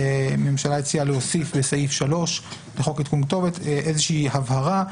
והממשלה הציעה להוסיף בסעיף 3 לחוק עדכון כתובת איזה שהיא הבהרה,